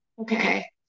Okay